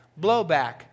blowback